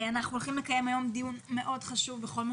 אנחנו הולכים לקיים היום דיון מאוד חשוב בכל מה